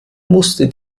musste